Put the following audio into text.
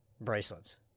bracelets